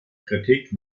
kritik